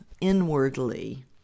inwardly